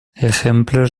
ejemplos